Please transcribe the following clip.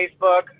Facebook